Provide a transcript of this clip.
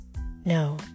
No